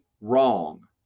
wrong